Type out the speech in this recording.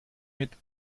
mit